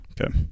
okay